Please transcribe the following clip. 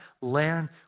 learn